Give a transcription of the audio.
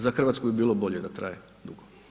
Za Hrvatsku bi bilo bolje da traje dugo.